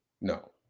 No